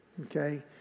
Okay